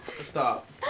Stop